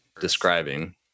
describing